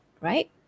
right